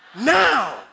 Now